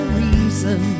reason